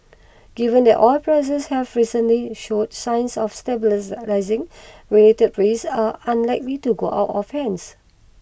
given that oil prices have recently showed signs of stabilise lising related risks are unlikely to go out of hands